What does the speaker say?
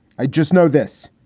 i just know this.